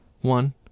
One